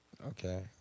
Okay